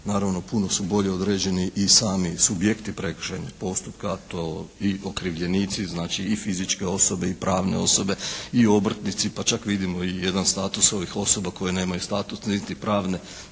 Naravno puno su bolje određeni i sami subjekti prekršajnih postupka. To i okrivljenici znači i fizičke osobe i pravne osobe i obrtnici pa čak vidimo i jedan status ovih osoba koje nemaju status niti pravne